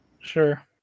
Sure